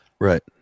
right